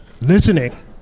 listening